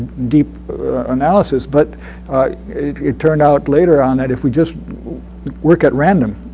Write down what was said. deep analysis. but it it turned out later on that if we just work at random,